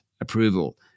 approval